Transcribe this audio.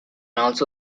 also